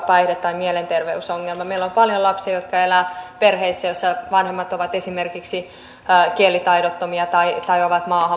meillä on paljon lapsia jotka elävät perheissä joissa vanhemmat ovat esimerkiksi kielitaidottomia tai maahanmuuttajia